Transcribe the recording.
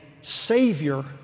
savior